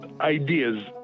ideas